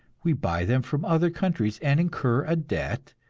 we buy them from other countries, and incur a debt,